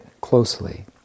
closely